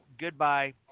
Goodbye